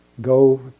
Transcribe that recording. Go